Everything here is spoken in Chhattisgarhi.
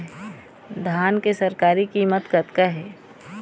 धान के सरकारी कीमत कतका हे?